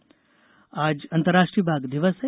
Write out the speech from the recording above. बाघ दिवस आज अंतर्राष्ट्रीय बाघ दिवस है